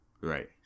right